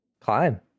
Climb